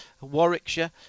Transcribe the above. Warwickshire